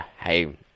hey